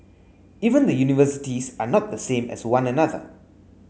even the universities are not the same as one another